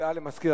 בעד, 17,